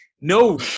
no